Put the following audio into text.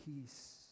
peace